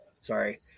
Sorry